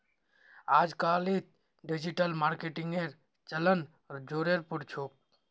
अजकालित डिजिटल मार्केटिंगेर चलन ज़ोरेर पर छोक